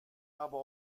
aber